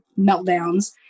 meltdowns